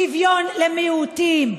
שוויון למיעוטים,